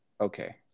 okay